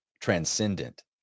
transcendent